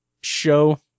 show